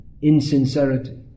Insincerity